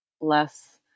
less